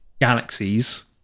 galaxies